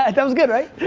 and that was good, right?